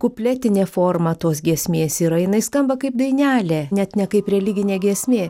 kupletinė forma tos giesmės yra jinai skamba kaip dainelė net ne kaip religinė giesmė